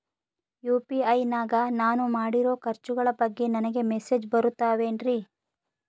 UPI ನಾಗ ನಾನು ಮಾಡಿರೋ ಖರ್ಚುಗಳ ಬಗ್ಗೆ ನನಗೆ ಮೆಸೇಜ್ ಬರುತ್ತಾವೇನ್ರಿ?